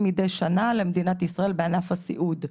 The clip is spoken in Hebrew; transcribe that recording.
מדי שנה למדינת ישראל בענף הסיעוד.